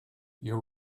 your